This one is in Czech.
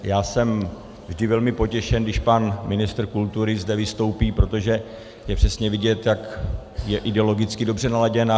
Já jsem vždy velmi potěšen, když pan ministr kultury zde vystoupí, protože je přesně vidět, jak je ideologicky dobře naladěn.